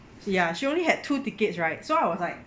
ya she only had two tickets right so I was like